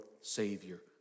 Savior